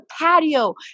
patio